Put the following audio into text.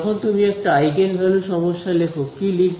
যখন তুমি একটি আইগেন ভ্যালু সমস্যা লেখ কি লিখবে